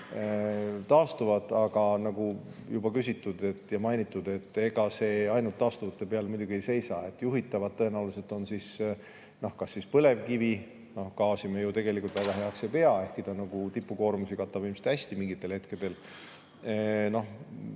taastuvad, aga nagu juba küsitud ja mainitud, siis ega see ainult taastuvate peal muidugi ei seisa. Juhitavad tõenäoliselt on siis põlevkivi, gaasi me ju tegelikult väga heaks ei pea, ehkki ta tipukoormusi katab ilmselt hästi mingitel hetkedel.